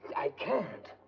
i can't!